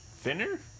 Thinner